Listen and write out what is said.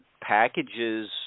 packages